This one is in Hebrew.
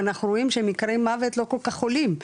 אנחנו רואים שמקרי מוות לא כל כך עולים,